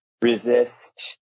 resist